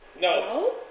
No